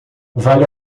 vale